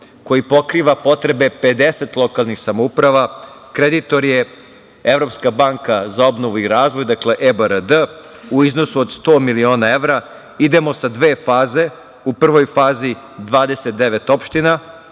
koji pokriva potrebe 50 lokalnih samouprava, kreditor je Evropska banka za obnovu i razvoj, dakle EBRD, u iznosu od 100 miliona evra. Idemo sa dve faze. U prvoj fazi 29 opština.